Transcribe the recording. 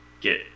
get